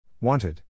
Wanted